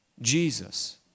Jesus